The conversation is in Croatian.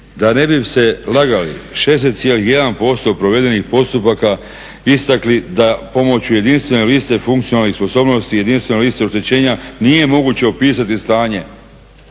Da se ne bi lagali 60,1% provedenih postupaka istakli da pomoću jedinstvene liste funkcionalnih sposobnosti i jedinstvene liste oštećenja nije moguće opisati stanje.